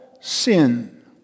sin